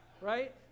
right